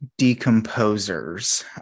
decomposers